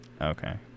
Okay